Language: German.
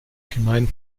gemein